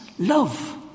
Love